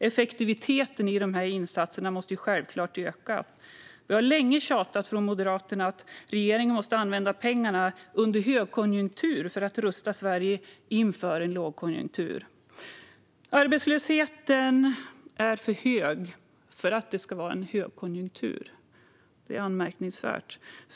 Effektiviteten i dessa insatser måste självklart öka. Från Moderaterna har vi länge tjatat om att regeringen måste använda pengarna under högkonjunktur för att rusta Sverige inför lågkonjunktur. Arbetslösheten är för hög för att det ska vara en högkonjunktur. Det är anmärkningsvärt.